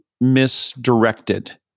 misdirected